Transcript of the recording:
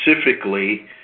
specifically